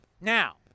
Now